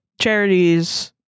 charities